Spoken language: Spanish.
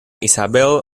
isabelle